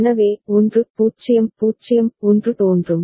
எனவே 1 0 0 1 தோன்றும்